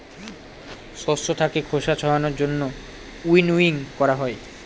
শস্য থাকে খোসা ছাড়ানোর জন্য উইনউইং করা হয়